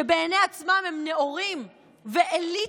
שבעיני עצמם הם נאורים ואליטה,